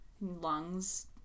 lungs